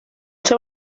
seu